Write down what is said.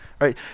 right